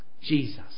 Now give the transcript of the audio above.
Jesus